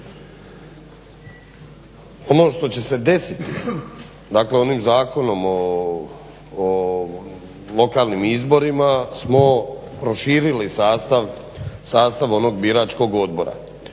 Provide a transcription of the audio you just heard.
Ono što će se desiti, dakle onim Zakonom o lokalnim izborima smo proširili sastav onog biračkog odbora